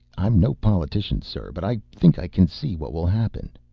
i'm no politician, sir, but i think i can see what will happen.